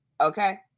okay